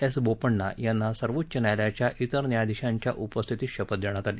S Bopanna यांना सर्वोच्च न्यायालयाच्या तिर न्यायाधीशांच्या उपस्थितीत शपथ देण्यात आली